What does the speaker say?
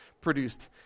produced